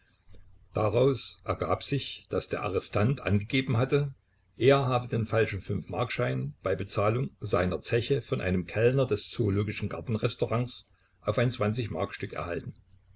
daraus ergab sich daß der arrestant angegeben hatte er habe den falschen fünfmarkschein bei bezahlung seiner zeche von einem kellner des zoologischen garten restaurants auf ein zwanzigmarkstück erhalten